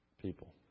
people